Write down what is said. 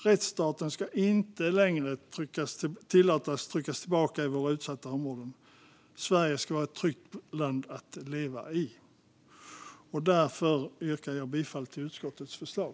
Rättsstaten ska inte längre tillåtas tryckas tillbaka i våra utsatta områden. Sverige ska vara ett tryggt land att leva i. Därför yrkar jag bifall till utskottets förslag.